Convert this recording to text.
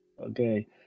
Okay